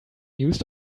used